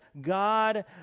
God